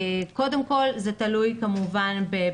זה קודם כל תלוי באוצר,